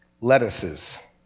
lettuces